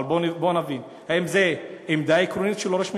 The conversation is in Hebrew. אבל בואו נבין, האם זו עמדה עקרונית של ראש ממשלה?